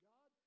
God